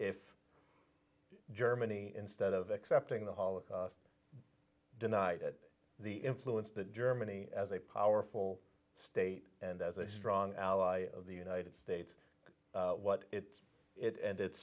if germany instead of accepting the holocaust denied the influence that germany as a powerful state and as a strong ally of the united states what it it and